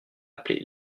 appelé